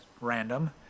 random